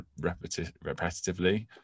repetitively